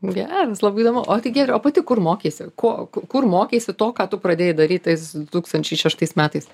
geras labai įdomu o tai gerai o pati kur mokeisi ko kur mokeisi to ką tu pradėjai daryt tais du tūkstančiai šeštais metais